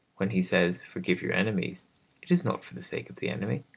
when he says, forgive your enemies it is not for the sake of the enemy,